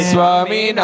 Swami